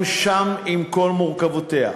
שם עם כל מורכבותה: